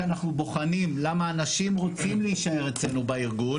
כשאנחנו בוחנים למה אנשים רוצים להישאר אצלנו בארגון,